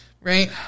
Right